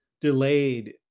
delayed